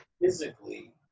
physically